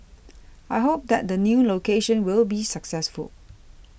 I hope that the new location will be successful